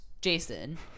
Jason